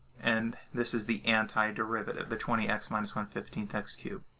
and this is the anti derivative, the twenty x minus one fifteen x cubed.